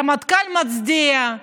הרמטכ"ל מצדיע.